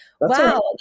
Wow